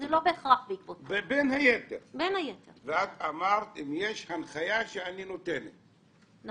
אני רוצה להפריד רגע בין מחקר לבין איסוף שנעשה לצורך חקירה פלילית,